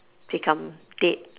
become dead